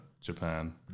Japan